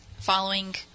following